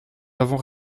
avons